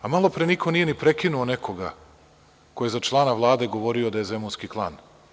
A malopre niko nije ni prekinuo nekoga ko je za člana Vlade govorio da je Zemunski klan.